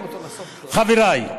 חבריי.